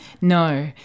No